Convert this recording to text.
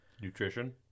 Nutrition